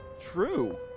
True